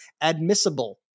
admissible